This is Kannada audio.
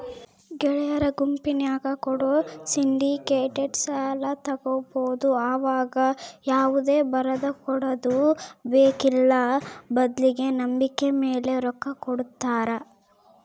ಗೆಳೆಯರ ಗುಂಪಿನ್ಯಾಗ ಕೂಡ ಸಿಂಡಿಕೇಟೆಡ್ ಸಾಲ ತಗಬೊದು ಆವಗ ಯಾವುದೇ ಬರದಕೊಡದು ಬೇಕ್ಕಿಲ್ಲ ಬದ್ಲಿಗೆ ನಂಬಿಕೆಮೇಲೆ ರೊಕ್ಕ ಕೊಡುತ್ತಾರ